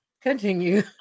continue